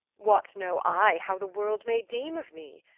what know i how the world may deeme of me?